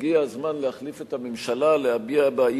הגיע הזמן להחליף את הממשלה,